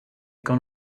gone